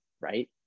right